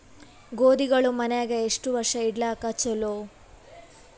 ಗೋಧಿಗಳು ಮನ್ಯಾಗ ಎಷ್ಟು ವರ್ಷ ಇಡಲಾಕ ಚಲೋ?